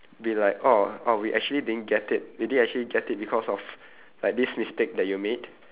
be like oh oh we actually didn't get it we didn't actually get it because of like this mistake that you made